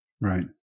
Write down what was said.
Right